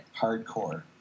hardcore